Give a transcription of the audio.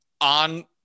on